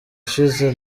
ushize